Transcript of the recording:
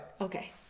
Okay